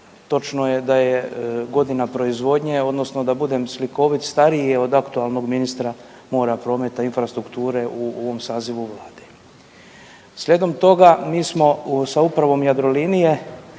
točno je da je godina proizvodnje odnosno da budem slikovit, stariji je od aktualnog ministra mora, prometa i infrastrukture u ovom sazivu Vlade. Slijedom toga mi smo sa Upravom Jadrolinije